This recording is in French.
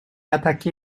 attaqué